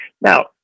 Now